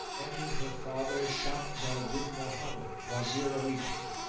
entered her father shams al-din mohammed, wazir of egypt.